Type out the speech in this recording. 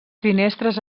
finestres